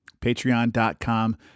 patreon.com